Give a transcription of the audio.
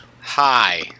Hi